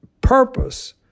purpose